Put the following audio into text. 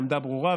העמדה ברורה,